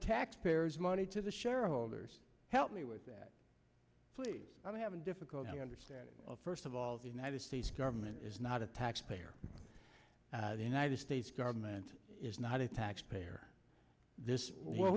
taxpayers money to the shareholders help me with that please i'm having difficulty understanding of first of all the united states government is not a tax payer the united states government is not a taxpayer